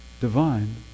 divine